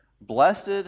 Blessed